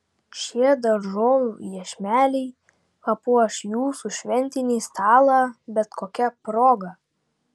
šie daržovių iešmeliai papuoš jūsų šventinį stalą bet kokia proga